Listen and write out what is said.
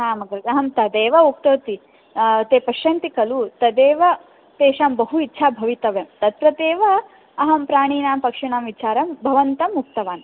आम् अग्रज अहं तदेव उक्तवती ते पश्यन्ति खलु तदेव तेषां बहु इच्छा भवितव्या तत्रत्येव अहं प्राणिनां पक्षिणां विचारं भवन्तम् उक्तवान्